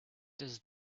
does